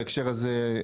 בהקשר הזה,